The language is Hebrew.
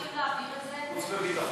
רוצים להעביר את זה לחוץ וביטחון.